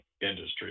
industry